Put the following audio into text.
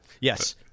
Yes